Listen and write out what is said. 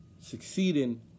succeeding